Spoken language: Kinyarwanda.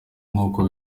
nk’uko